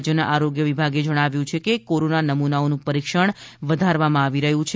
રાજ્યના આરોગ્ય વિભાગે જણાવ્યું છે કે કોરોનાના નમૂનાઓનું પરીક્ષણ વધારવામાં આવી રહ્યું છે